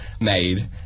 made